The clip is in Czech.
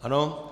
Ano.